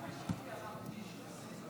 עד שלוש דקות לרשותך,